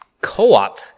co-op